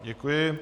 Děkuji.